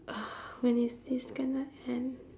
when is this gonna end